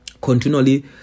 continually